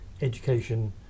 education